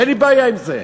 אין לי בעיה עם זה,